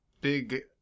big